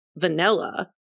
vanilla